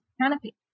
canopy